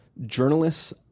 journalists